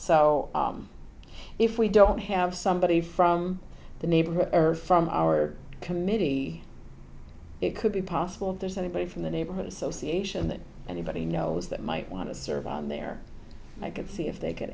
so if we don't have somebody from the neighborhood or from our committee it could be possible there's anybody from the neighborhood association that anybody knows that might want to serve on there and i could see if they could